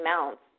amounts